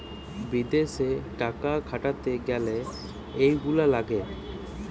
বিদেশে টাকা খাটাতে গ্যালে এইগুলা লাগে